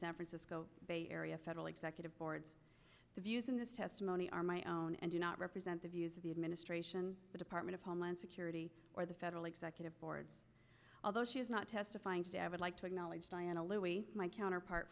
san francisco bay area federal executive board of using this testimony are my own and do not represent the views of the administration the department of homeland security or the federal executive board although she is not testifying today i would like to acknowledge diana louie my counterpart